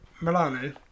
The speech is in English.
Milano